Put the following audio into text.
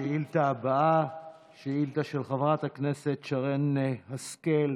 השאילתה הבאה היא שאילתה של חברת הכנסת שרן השכל,